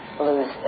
lose